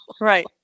right